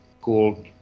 called